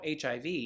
HIV